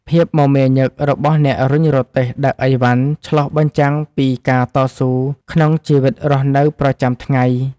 ភាពមមាញឹករបស់អ្នករុញរទេះដឹកឥវ៉ាន់ឆ្លុះបញ្ចាំងពីការតស៊ូក្នុងជីវិតរស់នៅប្រចាំថ្ងៃ។